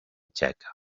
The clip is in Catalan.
txeca